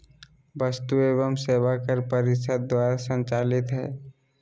वस्तु एवं सेवा कर परिषद द्वारा संचालित हइ